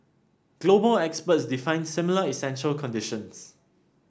global experts define similar essential conditions